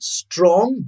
strong